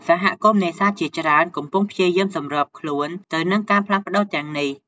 សហគមន៍នេសាទជាច្រើនកំពុងព្យាយាម សម្របខ្លួន ទៅនឹងការផ្លាស់ប្តូរទាំងនេះ។